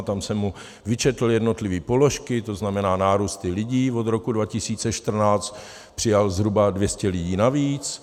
Tam jsem mu vyčetl jednotlivé položky, to znamená nárůsty lidí, od roku 2014 přijal zhruba 200 lidí navíc.